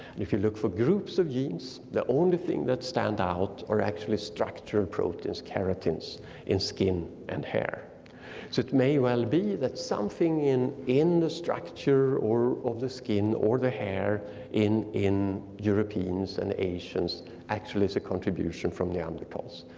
if you look for groups of genes, the only thing that stand out or actually structured growth is keratins in skin and hair. so it may well be that something in in the structure of the skin or the hair in in europeans and asians actually is a contribution from neanderthals.